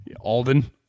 Alden